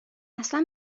اصلا